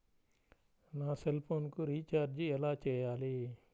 నా సెల్ఫోన్కు రీచార్జ్ ఎలా చేయాలి?